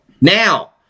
Now